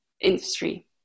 industry